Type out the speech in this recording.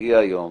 יגיע היום,